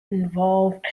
involved